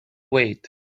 wait